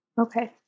Okay